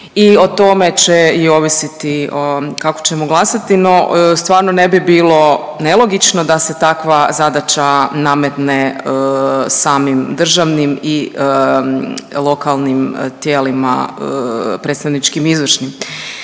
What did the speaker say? i o tome će i ovisiti o kako ćemo glasati. No, stvarno ne bi bilo nelogično da se takva zadaća nametne samim državnim i lokalnim tijelima predstavničkim i izvršnim.